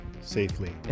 Safely